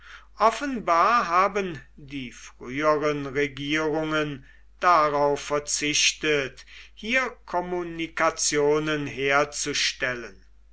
offenbar haben die früheren regierungen darauf verzichtet hier kommunikationen herzustellen